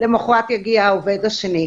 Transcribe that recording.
למחרת יגיע העובד השני.